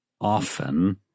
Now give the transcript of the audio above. often